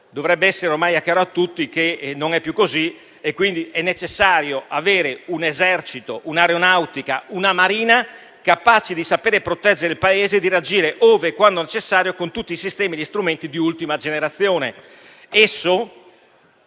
Dovrebbe essere ormai chiaro a tutti che non è più così ed è quindi necessario avere un Esercito, una Aeronautica e una Marina capaci di saper proteggere il Paese e di reagire, ove e quando necessario, con tutti i sistemi e gli strumenti di ultima generazione.